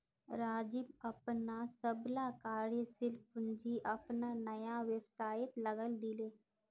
राजीव अपनार सबला कार्यशील पूँजी अपनार नया व्यवसायत लगइ दीले